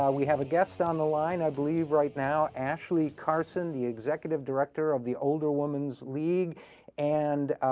we have a guest on the line i believe right now actually carson the executive director of the older women's league and